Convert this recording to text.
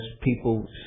people